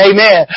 Amen